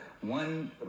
one